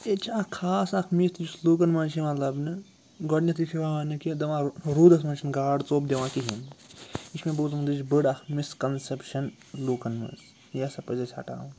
ییٚتہِ چھِ اَکھ خاص اَکھ مِتھ یُس لوٗکَن منٛز چھِ یِوان لَبنہٕ گۄڈنٮ۪تھٕے چھِ یِوان وَنہٕ کہِ دَپان روٗدَس منٛز چھِنہٕ گاڈٕ ژوٚپ دِوان کِہیٖنۍ یہِ چھُ مےٚ بوٗزمُت یہِ چھِ بٔڑ اَکھ مِس کَنسٮ۪پشَن لوٗکَن منٛز یہِ ہَسا پَزِ اَسہِ ہَٹاوُن